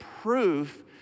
proof